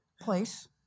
place